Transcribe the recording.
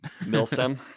Milsim